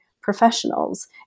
professionals